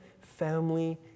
family